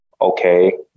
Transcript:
okay